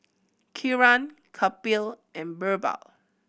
Kiran Kapil and Birbal